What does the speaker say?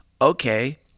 Okay